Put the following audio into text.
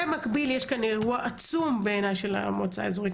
במקביל יש כאן אירוע עצום בעיני של המועצה האזורית